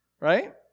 right